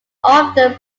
often